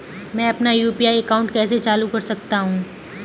मैं अपना UPI account कैसे चालू कर सकता हूँ?